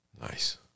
Nice